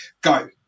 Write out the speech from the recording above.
go